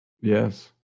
yes